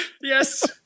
Yes